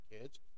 kids